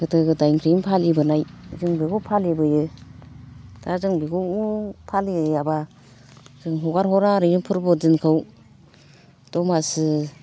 गोदो गोदायनिफ्रायनो फालिबोनाय जों बेखौ फालिबोयो दा जों बेखौ फालियाबा जों हगारहरा ओरैनो फोरबो दिनखौ दमासि